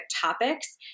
topics